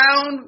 down